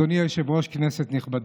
אדוני היושב-ראש, כנסת נכבדה,